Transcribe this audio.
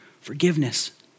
forgiveness